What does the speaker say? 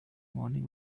morning